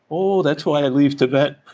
oh, that's why i leave tibet.